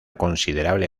considerable